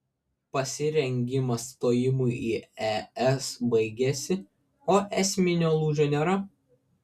pasirengimas stojimui į es baigėsi o esminio lūžio nėra